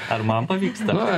ar man pavyksta